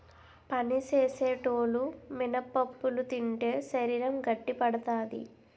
పని సేసేటోలు మినపప్పులు తింటే శరీరం గట్టిపడతాది